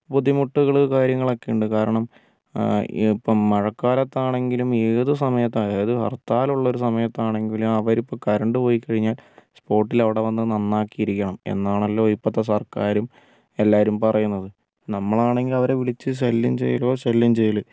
ബുദ്ധിമുട്ടുകൾ കാര്യങ്ങളൊക്കെയുണ്ട് കാരണം ഇപ്പം മഴക്കാലത്താണെങ്കിലും ഏത് സമയത്തായാലും അത് ഹർത്താലുള്ളൊരു സമയത്താണെങ്കിലും അവരിപ്പം കരണ്ട് പോയി കഴിഞ്ഞാൽ സ്പോട്ടിലവിടെ വന്ന് നന്നാക്കിയിരിക്കണം എന്നാണല്ലോ ഇപ്പോഴത്തെ സർക്കാരും എല്ലാവരും പറയുന്നത് നമ്മളാണെങ്കിൽ അവരെ വിളിച്ച് ശല്യം ചെയ്യലോ ശല്യം ചെയ്യല്